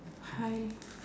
hi